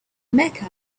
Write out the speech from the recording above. mecca